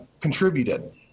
contributed